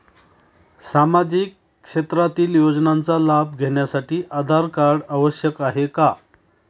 सामाजिक क्षेत्रातील योजनांचा लाभ घेण्यासाठी आधार कार्ड आवश्यक आहे का?